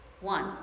One